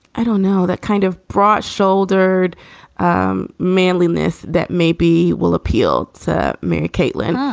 i don't know, that kind of broad shouldered um manliness that maybe will appeal to mary caitlin. um